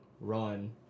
run